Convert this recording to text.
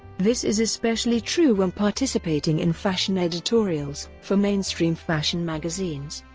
this is especially true when participating in fashion editorials for mainstream fashion magazines.